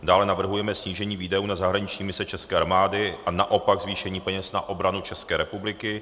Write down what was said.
dále navrhujeme snížení výdajů na zahraniční mise české armády a naopak zvýšení peněz na obranu České republiky;